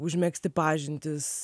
užmegzti pažintis